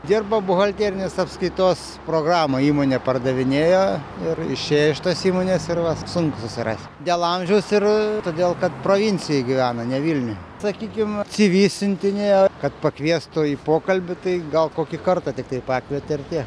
dirbo buhalterinės apskaitos programą įmonė pardavinėjo ir išėjo iš tos įmonės ir vat sunku susirasti dėl amžiaus ir todėl kad provincijoj gyvena ne vilniuj sakykim cv siuntinėjo kad pakviestų į pokalbį tai gal kokį kartą tiktai pakvietė ir tiek